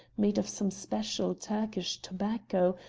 made of some special turkish tobacco,